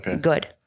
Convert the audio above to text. good